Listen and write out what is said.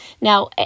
Now